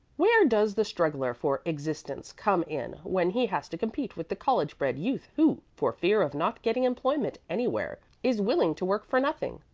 where does the struggler for existence come in when he has to compete with the college-bred youth who, for fear of not getting employment anywhere, is willing to work for nothing?